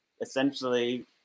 essentially